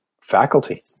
faculty